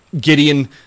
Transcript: Gideon